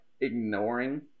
ignoring